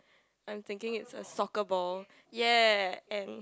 I'm thinking it's a soccer ball ya and